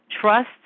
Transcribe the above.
trust